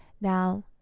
Now